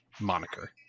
moniker